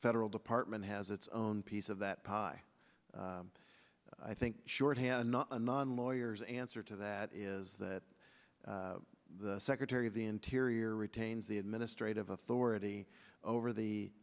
federal department has its own piece of that pie i think shorthand not a non lawyers answer to that is that the secretary of the interior retains the administrative authority over the